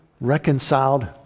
reconciled